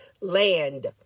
Land